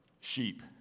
sheep